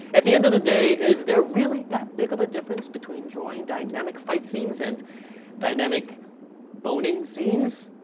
at the end of the day, is there really that big of a difference between drawing dynamic fight scenes and dynamic boning scenes?